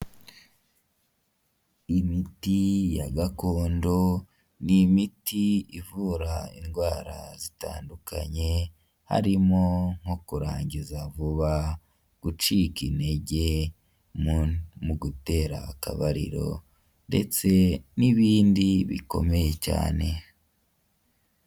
Imiti ya gakondo ni imiti ivura indwara zitandukanye harimo nko kurangiza vuba, gucika intege mu gutera akabariro ndetse n'ibindi bikomeye cyane.